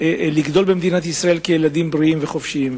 לגדול במדינת ישראל כילדים בריאים וחופשיים.